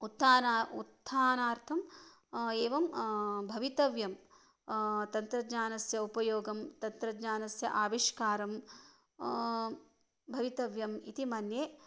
उत्थाना उत्थानार्थम् एवं भवितव्यं तन्त्रज्ञानस्य उपयोगं तन्त्रज्ञानस्य आविष्कारं भवितव्यम् इति मन्ये